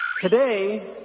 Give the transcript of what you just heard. Today